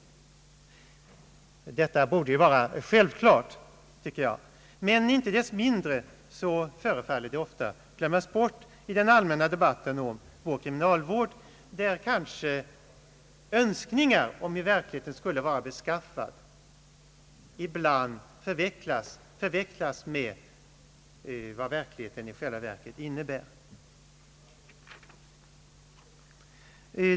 Jag tycker att detta borde vara självklart, men inte desto mindre förefaller det ofta glömmas bort i den allmänna debatten om vår kriminalvård, där kanske önskningar om hur verkligheten borde vara beskaffad ibland förväxlas med vad verkligheten i själva verket innebär.